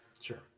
sure